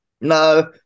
No